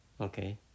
Okay